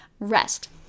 Rest